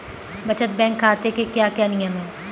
बचत बैंक खाते के क्या क्या नियम हैं?